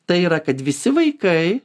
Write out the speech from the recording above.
tai yra kad visi vaikai